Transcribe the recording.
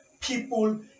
people